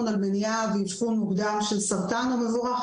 על מניעה ואבחון מוקדם של סרטן הוא מבורך,